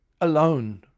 alone